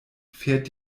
fährt